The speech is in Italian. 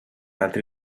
altri